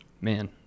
Man